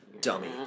dummy